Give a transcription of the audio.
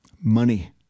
money